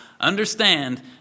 understand